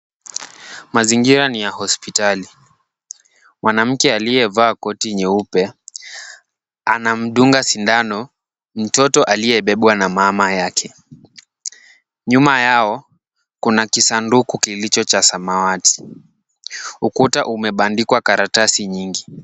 Mazingira ni ya hospitali. Mwanamke aliyevaa koti nyeupe anamdunga sindano mtoto aliyebebwa na mama yake. Nyuma yao kuna kisanduku kilicho cha samawati. Ukuta umebandikwa karatasi nyingi.